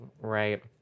right